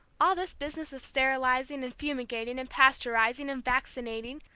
all this business of sterilizing, and fumigating, and pasteurizing, and vaccinating,